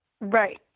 Right